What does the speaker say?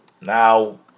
now